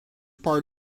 part